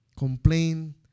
complain